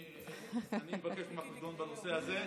אני מבקש ממך דיון בנושא הזה.